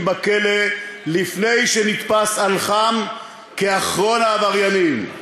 בכלא לפני שנתפס על חם כאחרון העבריינים.